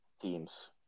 teams